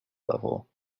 level